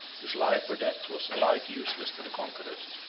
whose life or death was alike useless to the conquerors,